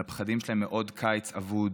על הפחדים שלהם מעוד קיץ אבוד,